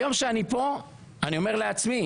היום, כשאני פה, אני אומר לעצמי: